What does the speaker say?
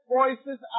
voices